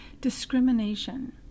discrimination